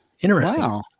Interesting